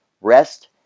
rest